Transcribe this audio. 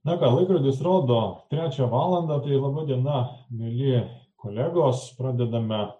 na ką laikrodis rodo trečią valandą laba diena mieli kolegos pradedame